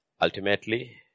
ultimately